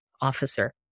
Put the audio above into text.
officer